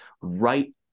right